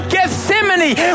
Gethsemane